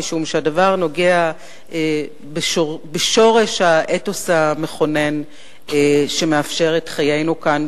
משום שהדבר נוגע בשורש האתוס המכונן שמאפשר את חיינו כאן,